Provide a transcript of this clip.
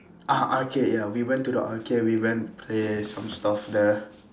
ah arcade ya we went to the arcade we went to play some stuff there